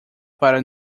para